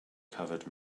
covered